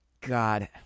God